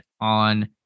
on